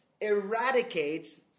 eradicates